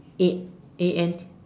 A A N